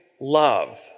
love